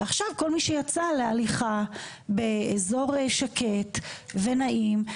ועכשיו כל מי שיצא להליכה באזור שקט ונעים,